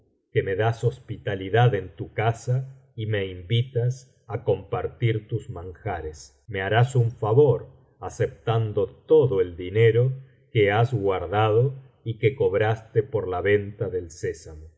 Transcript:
que me das hospitalidad en tu casa y me invitas á compartir tus manjares me harás un favor aceptando todo el dinero que has guardado y que cobraste por la venta del sésamo